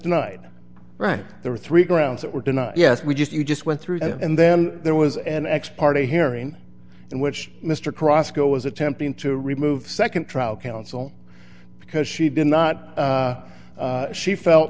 denied right there were three grounds that were denied yes we just you just went through that and then there was an ex parte hearing in which mr cross go was attempting to remove the nd trial counsel because she did not she felt